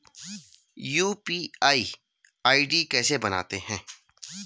UPI ID कैसे बनाते हैं?